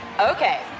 Okay